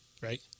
Right